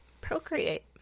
Procreate